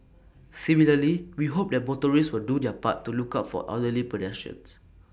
similarly we hope that motorists will do their part to look out for elderly pedestrians